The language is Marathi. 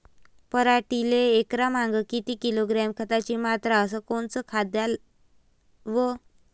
पराटीले एकरामागं किती किलोग्रॅम खताची मात्रा अस कोतं खात द्याव?